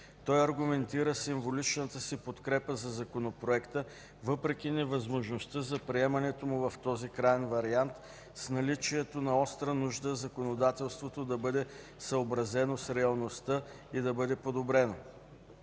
Той аргументира символичната си подкрепа за Законопроекта, въпреки невъзможността за приемането му в този краен вариант, с наличието на остра нужда законодателството да бъде съобразено с реалността и да бъде подобрено.